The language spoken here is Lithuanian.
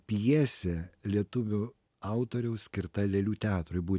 pjesė lietuvių autoriaus skirta lėlių teatrui